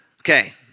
Okay